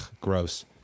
gross